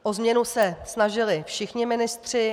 O změnu se snažili všichni ministři.